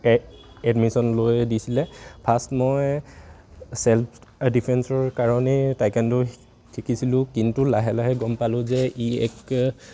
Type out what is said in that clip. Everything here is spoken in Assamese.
এ এডমিশ্যন লৈ দিছিলে ফাৰ্ষ্ট মই চেল্ফ ডিফেন্সৰ কাৰণেই টাইকোৱনড' শিকিছিলো কিন্তু লাহে লাহে গম পালোঁ যে ই এক